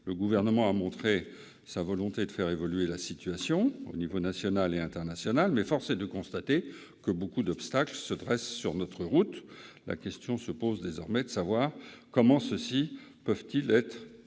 Le Gouvernement a montré sa volonté de faire évoluer la situation au niveau national et international, mais force est de constater que beaucoup d'obstacles se dressent sur notre route. La question se pose désormais de savoir comment surmonter ceux-ci